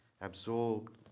absorbed